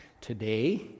Today